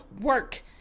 work